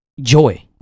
joy